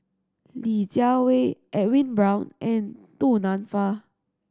Li Jiawei Edwin Brown and Du Nanfa